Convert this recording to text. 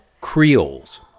Creoles